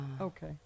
okay